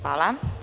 Hvala.